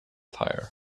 tyre